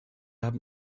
haben